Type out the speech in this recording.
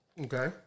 Okay